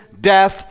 death